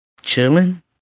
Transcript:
chilling